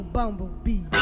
bumblebee